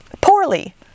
poorly